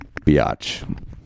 biatch